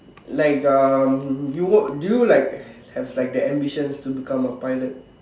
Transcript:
like um you work do you like have like the ambitions to become a pilot